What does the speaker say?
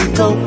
go